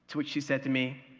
to which she said to me,